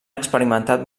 experimentat